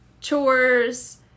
Chores